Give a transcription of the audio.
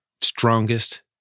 strongest